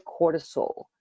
cortisol